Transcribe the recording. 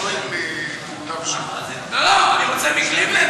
במכתב לקליבלנד,